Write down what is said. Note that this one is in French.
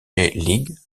league